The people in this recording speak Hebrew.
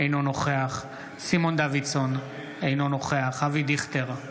אינו נוכח סימון דוידסון, אינו נוכח אבי דיכטר,